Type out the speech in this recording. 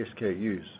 SKUs